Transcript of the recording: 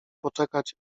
poczekać